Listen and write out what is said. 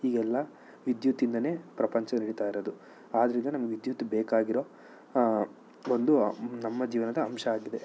ಈಗೆಲ್ಲ ವಿದ್ಯುತ್ತಿಂದಲೇ ಪ್ರಪಂಚ ನಡೀತಾ ಇರೋದು ಆದ್ರಿಂದ ನಮ್ಮ ವಿದ್ಯುತ್ ಬೇಕಾಗಿರೋ ಒಂದು ನಮ್ಮ ಜೀವನದ ಅಂಶ ಆಗಿದೆ